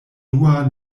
dua